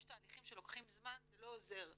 יש תהליכים שלוקחים זמן, זה לא עוזר לפרט,